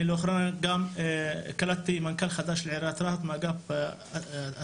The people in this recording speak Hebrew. לאחרונה קלטתי מנכ"ל חדש לעיריית רהט מאגף התקציב,